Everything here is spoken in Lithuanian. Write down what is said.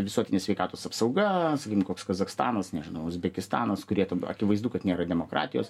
visuotinė sveikatos apsauga sakykim koks kazachstanas nežinau uzbekistanas kurie ten akivaizdu kad nėra demokratijos